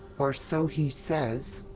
or so he says.